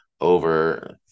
over